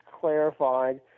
clarified